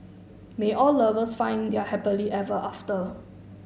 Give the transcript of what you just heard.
may all lovers find their happily ever after